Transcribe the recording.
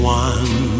one